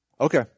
Okay